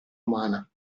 umana